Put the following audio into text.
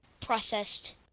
processed